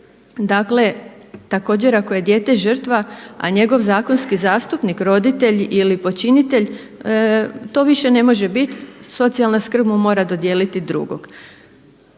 Dakle također ako je dijete žrtva a njegov zakonski zastupnik roditelj ili počinitelj to više ne može bit, socijalna skrb mu mora dodijeliti drugog.